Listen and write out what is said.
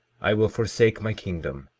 i will forsake my kingdom,